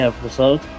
Episode